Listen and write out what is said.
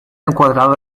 encuadrado